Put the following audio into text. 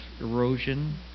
erosion